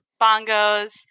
bongos